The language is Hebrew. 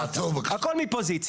הכול מפה זה יציאה.